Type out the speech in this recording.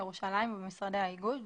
ירושלים ובמשרדי האיגוד ,